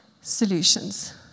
Solutions